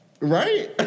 Right